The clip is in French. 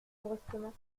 brusquement